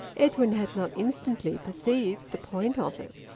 edwin had not instantly perceived the point of it.